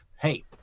Hey